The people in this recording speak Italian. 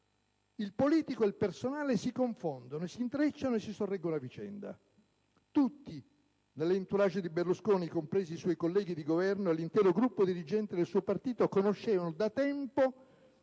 il politico e il personale si confondono, si intrecciano e si sorreggono a vicenda. Tutti, nell'*entourage* di Berlusconi, compresi i suoi colleghi di Governo e l'intero gruppo dirigente del suo partito, conoscevano da tempo